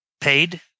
paid